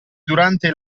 durante